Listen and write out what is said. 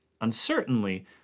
Uncertainly